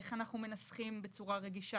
איך אנחנו מנסחים בצורה רגישה,